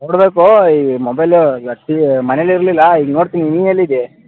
ನೋಡಬೇಕು ಈ mobile actually ಮನೇಲಿ ಇರಲಿಲ್ಲ ಈಗ ನೋಡ್ತೀನಿ ನೀ ಎಲ್ಲಿದ್ದಿ